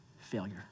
failure